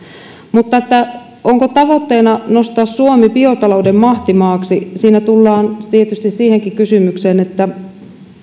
mutta onko tavoitteena nostaa suomi biotalouden mahtimaaksi siinä tullaan tietysti siihenkin kysymykseen että